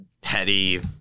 petty